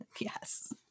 Yes